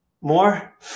More